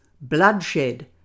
bloodshed